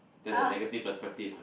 that is negative perspective lah